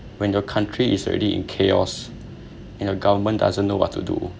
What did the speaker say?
when your country is already in chaos and your government doesn't know what to do